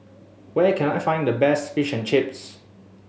where can I find the best Fish and Chips